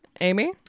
Amy